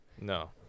No